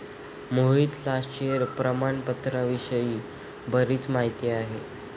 मोहितला शेअर प्रामाणपत्राविषयी बरीच माहिती आहे